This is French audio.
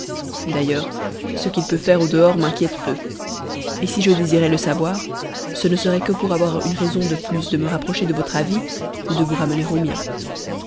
d'ailleurs ce qu'il peut faire au dehors m'inquiète peu si je désirais le savoir ce ne serait que pour avoir une raison de plus de me rapprocher de votre avis ou de vous ramener au mien